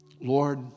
Lord